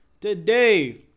Today